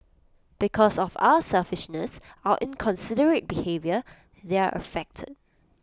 because of our selfishness our inconsiderate behaviour they're affected